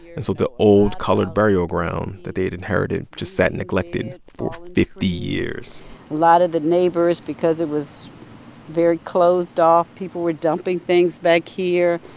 and so the old colored burial ground that they'd inherited just sat neglected for fifty years a lot of the neighbors because it was very closed off, people were dumping things back here.